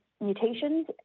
mutations